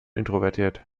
introvertiert